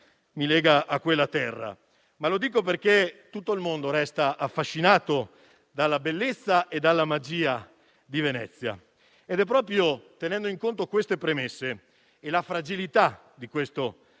mi lega a quella terra). Lo dico perché tutto il mondo resta affascinato dalla bellezza e dalla magia di Venezia. Ed è proprio tenendo conto di queste premesse e della fragilità di questo